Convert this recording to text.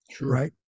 right